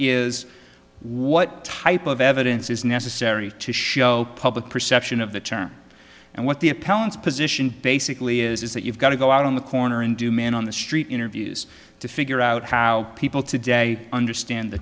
is what type of evidence is necessary to show public perception of the term and what the appellant's position basically is is that you've got to go out on the corner and do man on the street interviews to figure out how people today understand the